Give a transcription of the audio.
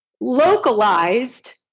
localized